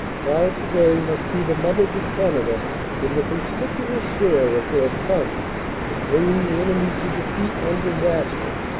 proud today must be the mothers of canada in the conspicuous share of their sons in bringing the enemy to defeat and disaster.